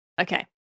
okay